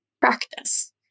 practice